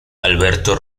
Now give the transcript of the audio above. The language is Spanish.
alberto